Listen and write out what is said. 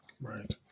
Right